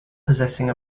possessing